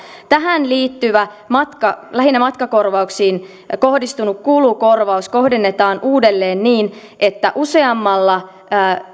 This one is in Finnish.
tähän liittyvä lähinnä matkakorvauksiin kohdistunut kulukorvaus kohdennetaan uudelleen niin että useammalla